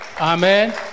Amen